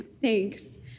thanks